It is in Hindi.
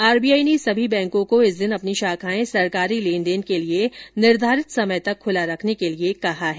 आरबीआई ने सभी बैंकों को इस दिन अपनी शाखाएं सरकारी लेन देन के लिए निर्धारित समय तक खूला रखने के लिए कहा है